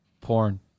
Porn